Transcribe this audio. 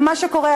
ומה שקורה,